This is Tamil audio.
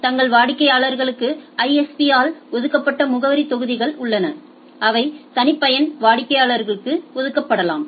தங்கள் வாடிக்கையாளர்களுக்கு ISP ஆல் ஒதுக்கப்பட்ட முகவரித் தொகுதிகள் உள்ளன அவை தனிப்பயன் வாடிக்கையாளர்களுக்கு ஒதுக்கப்படலாம்